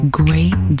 great